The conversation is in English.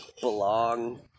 belong